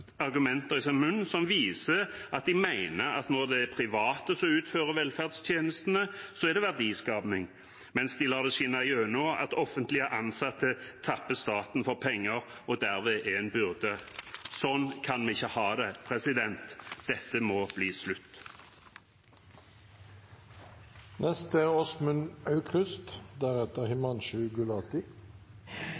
argumenter i sin munn som viser at de mener at når det er private som utfører velferdstjenestene, er det verdiskaping, mens de lar det skinne igjennom at offentlig ansatte tapper staten for penger og dermed er en byrde. Sånn kan vi ikke ha det. Dette må ta slutt.